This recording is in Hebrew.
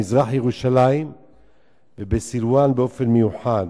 במזרח-ירושלים ובסילואן באופן מיוחד,